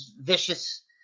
vicious